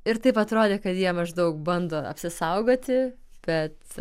ir taip atrodė kad jie maždaug bando apsisaugoti bet